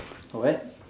uh what